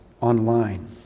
online